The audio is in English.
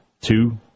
two